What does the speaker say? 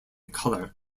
colour